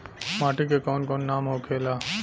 माटी के कौन कौन नाम होखेला?